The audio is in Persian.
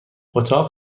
اتاق